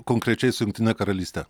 konkrečiai su jungtine karalyste